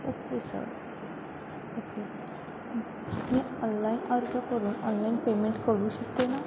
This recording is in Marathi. ओके सर ओके मी ऑनलाईन अर्ज करून ऑनलाईन पेमेंट करू शकते ना